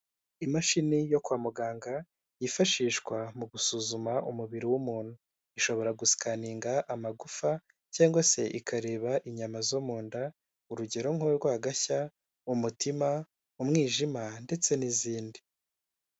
Imashini yo kwa muganga yifashishwa mu gusuzuma umubiri w'umuntu, ishobora gusikaninga amagufa cyangwa se ikareba inyama zo mu nda. Urugero nk'urwagashya, mu mutima, umwijima ndetse n'izindi.